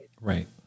Right